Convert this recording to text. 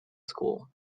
school